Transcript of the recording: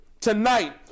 tonight